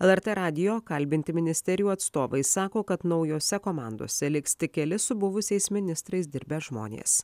lrt radijo kalbinti ministerijų atstovai sako kad naujose komandose liks tik keli su buvusiais ministrais dirbę žmonės